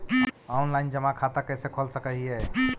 Online जमा खाता कैसे खोल सक हिय?